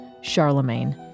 Charlemagne